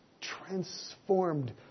transformed